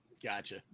Gotcha